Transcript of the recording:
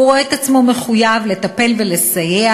ורואה עצמו מחויב לטפל ולסייע,